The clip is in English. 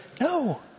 No